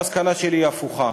המסקנה שלי היא הפוכה.